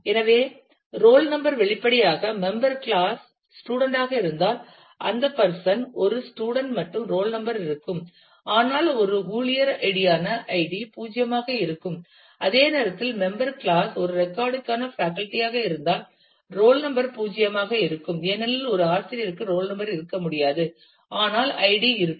எனவே roll number வெளிப்படையாக member class student ஆக இருந்தால் அந்த பர்சன் ஒரு ஸ்டூடண்ட் மற்றும் ரோல் நம்பர் இருக்கும் ஆனால் ஒரு ஊழியர் ஐடியான ஐடி பூஜ்யமாக இருக்கும் அதே நேரத்தில் மெம்பர் கிளாஸ் ஒரு ரெக்கார்டு க்கான பேக்கல்டி ஆக இருந்தால் ரோல் நம்பர் பூஜ்யமாக இருக்கும் ஏனெனில் ஒரு ஆசிரியருக்கு ரோல் நம்பர் இருக்க முடியாது ஆனால் ஐடி இருக்கும்